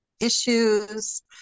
issues